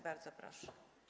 Bardzo proszę.